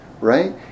right